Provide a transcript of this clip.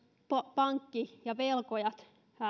pankki ja velkojat